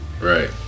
right